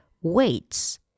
weights